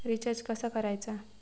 Recharge कसा करायचा?